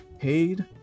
paid